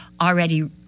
already